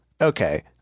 Okay